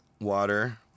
water